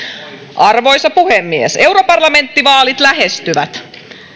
arvoisa puhemies europarlamenttivaalit lähestyvät